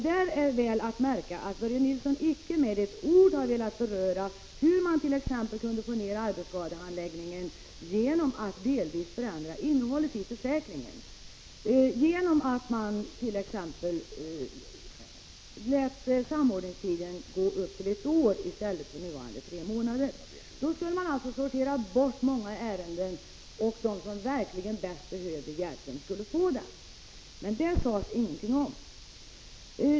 Det är väl att märka att Börje Nilsson icke med ett ord har velat beröra hur man t.ex. kunde minska handläggningstiden för arbetsskadeärenden genom att delvis förändra innehållet i försäkringen och t.ex. låta samordningstiden gå upp till ett år i stället för som nu tre månader. Då kunde man sortera bort många ärenden, och de som verkligen bäst behöver hjälpen skulle få den. Detta sägs det ingenting om i motionen.